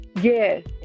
Yes